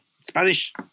Spanish